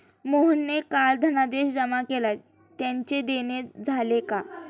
मोहनने काल धनादेश जमा केला त्याचे देणे झाले का?